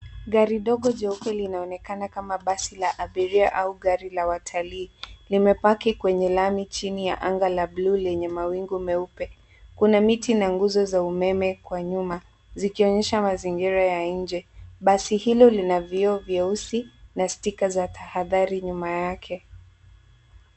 Gari ndogo jeupe linaonekana kama basi la abiria au gari la watalii limepaki kwenye lami chini ya anga la buluu lenye mawingu meupe. Kuna miti na nguzo za umeme kwa nyuma, zikionyesha mazingira ya nje. Basi hili lina vioo vyeusi na sticker za tahadhari nyuma yake.